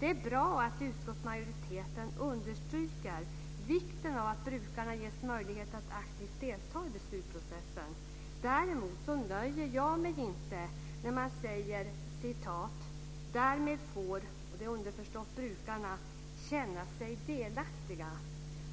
Det är bra att utskottsmajoriteten understryker vikten av att brukarna ges möjlighet att aktivt delta i beslutsprocessen. Däremot nöjer jag mig inte när man säger att de - och det är underförstått brukarna - därmed får känna sig delaktiga.